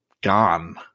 gone